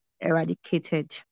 eradicated